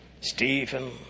Stephen